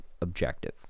objective